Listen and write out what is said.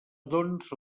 doncs